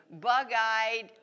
bug-eyed